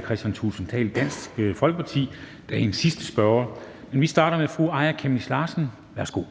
hr. Kristian Thulesen Dahl, Dansk Folkeparti, efter eget ønske er dagens sidste spørger. Men vi starter med fru Aaja Chemnitz Larsen. Værsgo.